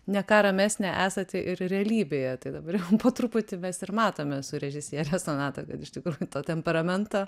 ne ką ramesnė esate ir realybėje tai dabar jau po truputį mes ir matome su režisiere sonata kad iš tikrųjų to temperamento